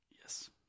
Yes